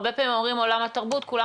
הרבה פעמים אומרים עולם התרבות כולם